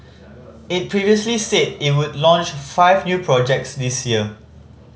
it previously said it would launch five new projects this year